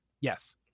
Yes